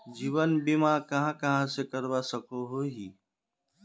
जीवन बीमा कहाँ कहाँ से करवा सकोहो ही?